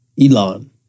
Elon